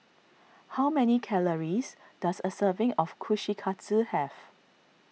how many calories does a serving of Kushikatsu have